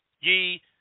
ye